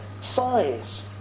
size